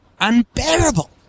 unbearable